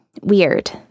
weird